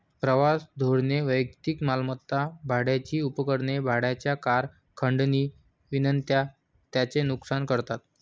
प्रवास धोरणे वैयक्तिक मालमत्ता, भाड्याची उपकरणे, भाड्याच्या कार, खंडणी विनंत्या यांचे नुकसान करतात